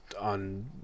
on